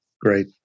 great